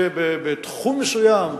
שבתחום מסוים,